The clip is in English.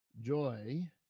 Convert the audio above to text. Joy